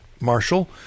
Marshall